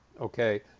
Okay